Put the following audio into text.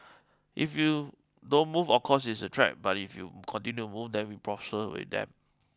if you don't move of course it's a threat but if you continue to move then we prosper with them